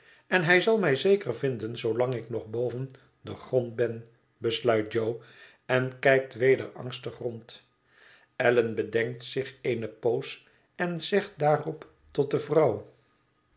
en hij zal mij zeker vinden zoolang ik nog boven den grond ben besluit jo en kijkt weder angstig rond allan bedenkt zich eene poos en zegt daarop tot de vrouw